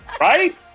Right